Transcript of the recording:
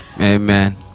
amen